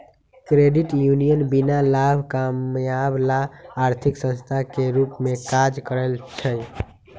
credit union बीना लाभ कमायब ला आर्थिक संस्थान के रूप में काज़ करइ छै